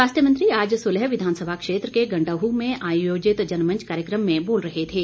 स्वास्थ्य मंत्री आज सुलह विधानसभा क्षेत्र के घडंहू में आयोजित जनमंच कार्यक्रम में बोल रहे थे